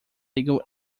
legal